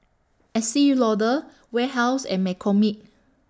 Estee Lauder Warehouse and McCormick